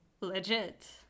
legit